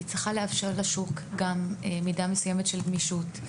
היא צריכה לאפשר לשוק גם מידה מסוימת של גמישות.